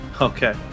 Okay